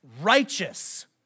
Righteous